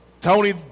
Tony